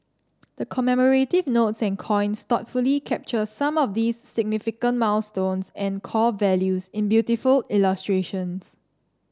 the commemorative notes and coins thoughtfully capture some of these significant milestones and core values in beautiful illustrations